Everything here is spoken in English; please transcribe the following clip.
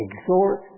exhort